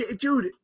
dude